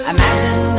Imagine